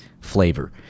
flavor